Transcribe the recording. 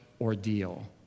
ordeal